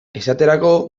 esaterako